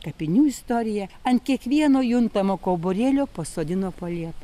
kapinių istorija ant kiekvieno juntamo kauburėlio pasodino po liepą